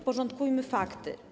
Uporządkujmy fakty.